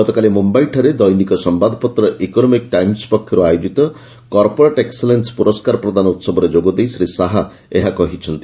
ଗତକାଲି ମୁମ୍ଘାଇଠାରେ ଦୈନିକ ସମ୍ଭାଦପତ୍ର ଇକୋନମିକ୍ ଟାଇମ୍ସ ପକ୍ଷରୁ ଆୟୋଜିତ କର୍ପୋରେଟ୍ ଏକ୍କଲେନ୍ ପୁରସ୍କାର ପ୍ରଦାନ ଉହବରେ ଯୋଗ ଦେଇ ଶ୍ରୀ ଶାହା ଏହା କହିଛନ୍ତି